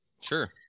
sure